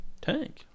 tank